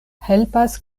helpas